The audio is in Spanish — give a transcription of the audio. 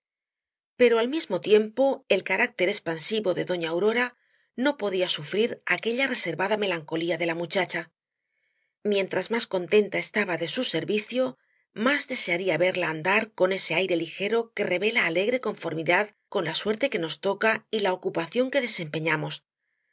pero al mismo tiempo el carácter expansivo de doña aurora no podía sufrir aquella reservada melancolía de la muchacha mientras más contenta estaba de su servicio más desearía verla andar con ese aire ligero que revela alegre conformidad con la suerte que nos toca y la ocupación que desempeñamos